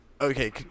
Okay